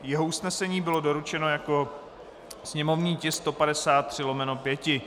Jeho usnesení bylo doručeno jako sněmovní tisk 153/5.